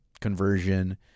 conversion